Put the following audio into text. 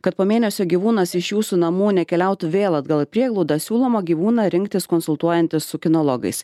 kad po mėnesio gyvūnas iš jūsų namų nekeliautų vėl atgal į prieglaudą siūloma gyvūną rinktis konsultuojantis su kinologais